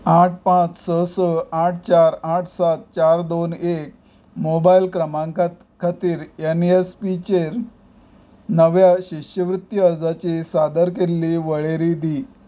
आठ पांच स स आठ चार आठ सात चार दोन एक मोबायल क्रमांका खातीर एनएसपीचेर नव्या शिश्यवृत्ती अर्जांची सादर केल्ली वळेरी दी